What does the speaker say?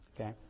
Okay